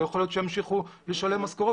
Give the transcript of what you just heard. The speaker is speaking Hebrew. לא יכול להיות שהם ימשיכו לשלם משכורות